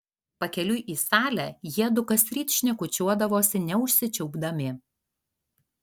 pakeliui į salę jiedu kasryt šnekučiuodavosi neužsičiaupdami